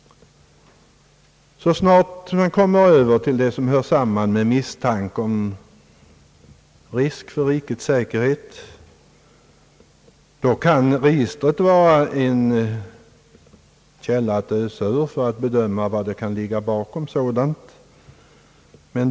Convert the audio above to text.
Så snart man kommer över till det som hör samman med misstanke om risk för rikets säkerhet, kan registret vara en källa att ösa ur för att bedöma vad som kan ligga bakom en sådan misstanke.